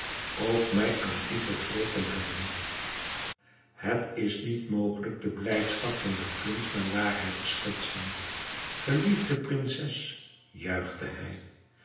ook mij aan u gewroken hebben het is niet mogelijk de blijdschap van den prins naar waarheid te schetsen geliefde prinses juichte hij